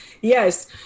Yes